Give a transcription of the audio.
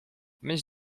mieć